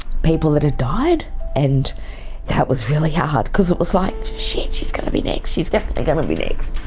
people that had died and that was really hard because it was like shit, she's gonna be next, she's definitely gonna be be next.